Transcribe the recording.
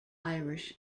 irish